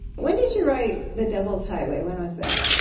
when did you write the devil's highway? when was that?